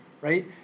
right